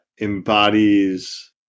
embodies